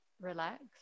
relax